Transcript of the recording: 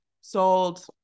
sold